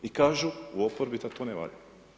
I kažu u oporbi da to ne valja.